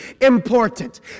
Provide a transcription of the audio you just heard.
important